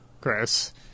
Chris